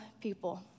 people